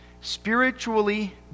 Spiritually